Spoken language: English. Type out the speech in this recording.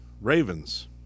Ravens